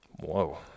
Whoa